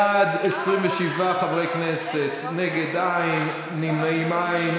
בעד, 27 חברי כנסת, נגד, אין, נמנעים, אין.